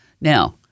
Now